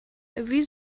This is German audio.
wie